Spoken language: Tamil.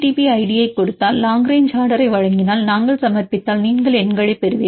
பி ஐடியைக் கொடுத்தால் லாங் ரேங்ச் ஆர்டர் ஐ வழங்கினால் நாங்கள் சமர்ப்பித்தால் நீங்கள் எண்களைப் பெறுவீர்கள்